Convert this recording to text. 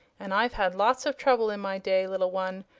and i've had lots of trouble in my day, little one.